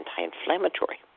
anti-inflammatory